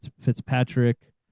Fitzpatrick